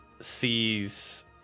sees